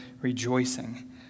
rejoicing